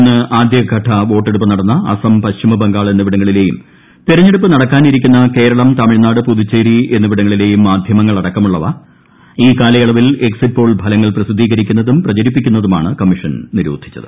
ഇന്ന് ആദ്യഘട്ട വോട്ടെടുപ്പ് നടന്ന അസം പശ്ചിമബംഗാൾ എന്നീവിടങ്ങളിലെയും തെരഞ്ഞെടുപ്പ് നടക്കാനിരിക്കുന്ന കേര്ളം തമിഴ്നാട് പുതുച്ചേരി എന്നിവിടങ്ങളിലെയും ഈ കാലയളവിൽ എക്സിറ്റ് പ്ലോൾ ഫലങ്ങൾ പ്രസിദ്ധീകരിക്കുന്നതും പ്രചരിപ്പിക്കുന്നതുമാണ് കൃമ്മീഷൻ നിരോധിച്ചത്